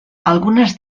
algunes